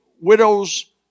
widows